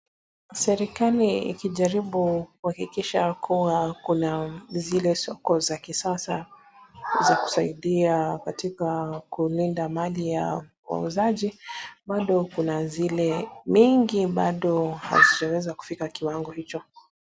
Serikali ikijaribu kuhakikisha kuwa kuna zile soko za kisasa za kusaidia katika kulinda mali ya wauzaji bado kuna zile mingi bado hazijaweza kufika kiwango hicho.